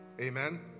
Amen